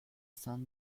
cent